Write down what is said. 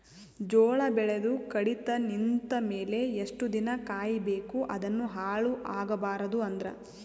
ಜೋಳ ಬೆಳೆದು ಕಡಿತ ನಿಂತ ಮೇಲೆ ಎಷ್ಟು ದಿನ ಕಾಯಿ ಬೇಕು ಅದನ್ನು ಹಾಳು ಆಗಬಾರದು ಅಂದ್ರ?